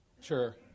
Sure